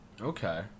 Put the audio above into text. Okay